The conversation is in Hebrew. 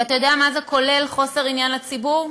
אתה יודע מה זה כולל, חוסר עניין לציבור?